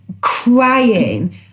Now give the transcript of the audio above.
crying